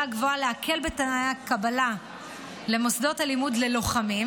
להקל בתנאי הקבלה למוסדות הלימוד ללוחמים,